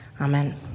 Amen